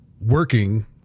working